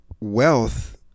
wealth